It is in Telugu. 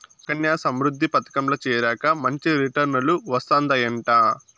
సుకన్యా సమృద్ధి పదకంల చేరాక మంచి రిటర్నులు వస్తందయంట